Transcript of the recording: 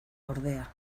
ordea